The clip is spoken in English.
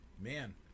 Man